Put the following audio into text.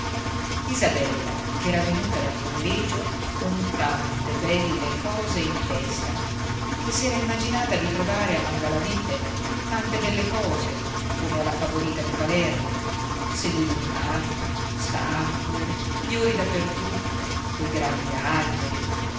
pover'uomo isabella ch'era venuta dal collegio con tante belle cose in testa che s'era immaginata di trovare a mangalavite tante belle cose come alla favorita di palermo sedili di marmo statue fiori da per tutto dei grandi alberi